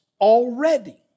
already